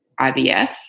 IVF